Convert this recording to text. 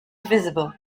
visible